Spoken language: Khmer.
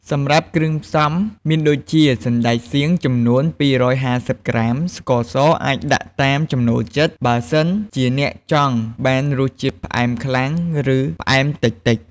សម្រាប់គ្រឿងផ្សំមានដូចជា សណ្តែកសៀងចំនួន ២៥០ ក្រាម ស្ករសអាចដាក់តាមចំណូលចិត្ត បើសិនជាអ្នកចង់បានរសជាតិផ្អែមខ្លាំង ឬផ្អែមតិចៗ។